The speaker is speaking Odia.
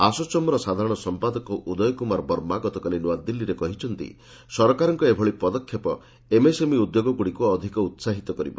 ଆସୋଚମ୍ର ସାଧାରଣ ସମ୍ପାଦକ ଉଦୟ କୂମାର ବର୍ମା ଗତକାଲି ନୁଆଦିଲ୍ଲୀରେ କହିଛନ୍ତି ସରକାରଙ୍କ ଏଭଳି ପଦକ୍ଷେପ ଏମ୍ଏସ୍ଏମ୍ଇ ଉଦ୍ୟୋଗଗୁଡ଼ିକୁ ଅଧିକ ଉତ୍ପାହିତ କରିବ